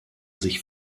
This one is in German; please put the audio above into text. sich